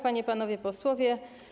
Panie i Panowie Posłowie!